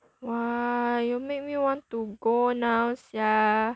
!wah! you make me want to go now sia